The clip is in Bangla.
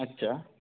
আচ্ছা